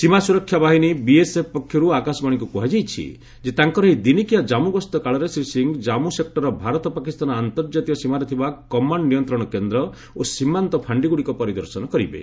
ସୀମା ସୁରକ୍ଷା ବାହିନୀ ବିଏସ୍ ପକ୍ଷରୁ ଆକାଶବାଣୀକୁ କୁହାଯାଇଛି ଯେ ତାଙ୍କର ଏହି ଦିନିକିଆ ଜାନ୍ମୁ ଗସ୍ତ କାଳରେ ଶ୍ରୀ ସିଂହ ଜାନ୍ମୁ ସେକୁରର ଭାରତ ପାକିସ୍ତାନ ଅନ୍ତର୍ଜାତୀୟ ସୀମାରେ ଥିବା କମାଣ୍ଡ ନିୟନ୍ତ୍ରଣ କେନ୍ଦ୍ର ଓ ସୀମାନ୍ତ ଫାଣ୍ଡିଗୁଡ଼ିକ ପରିଦର୍ଶନ କରିବେ